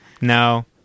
No